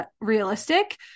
realistic